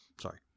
Sorry